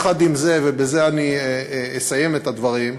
עם זאת, ובזה אני אסיים את הדברים,